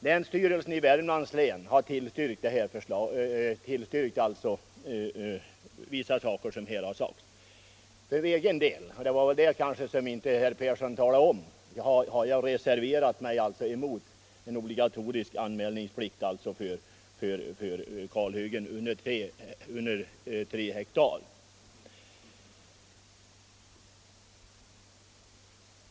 Länsstyrelsen i Värmlands län har yttrat sig i frågan. För egen del har jag reserverat mig på en punkt — det talade inte herr Persson om —- mot obligatorisk anmälningsplikt för kalhyggen under tre hektar.